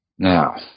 Now